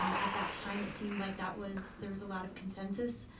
um at that time, it seemed like that was, there was a lot of consensus,